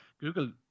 Google